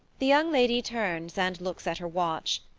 the young lady turns and looks at her watch.